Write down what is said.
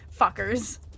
Fuckers